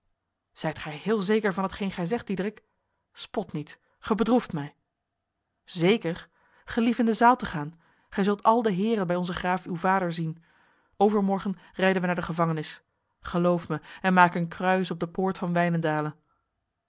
zijt gij heel zeker van hetgeen gij zegt diederik spot niet gij bedroeft mij zeker gelief in de zaal te gaan gij zult al de heren bij onze graaf uw vader zien overmorgen reizen wij naar de gevangenis geloof mij en maak een kruis op de poort van